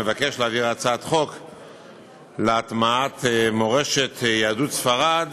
מבקש להעביר הצעת חוק להטמעת מורשת יהדות ספרד